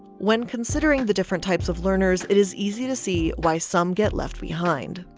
when considering the different types of learners, it is easy to see why some get left behind.